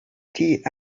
die